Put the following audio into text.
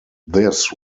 this